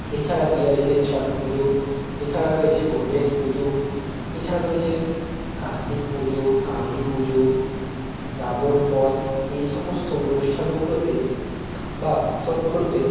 এছাড়া বিহারীদের ছট পুজো এছাড়া রয়েছে গনেশ পুজো এছাড়া রয়েছে কার্তিক পুজো কালী পুজো রাবণ বধ এই সমস্ত অনুষ্ঠানগুলোতে বা উৎসবগুলোতে